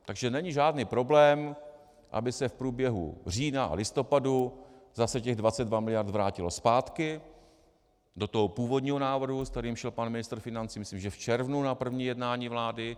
Takže není žádný problém, aby se v průběhu října a listopadu zase těch 22 mld. vrátilo zpátky do toho původního návrhu, se kterým šel pan ministr financí, myslím že v červnu, na první jednání vlády.